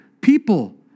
people